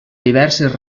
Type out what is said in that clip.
diverses